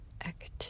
active